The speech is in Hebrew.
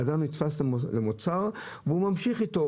אדם נתפס למוצר והוא ממשיך איתו,